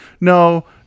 no